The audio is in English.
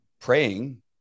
praying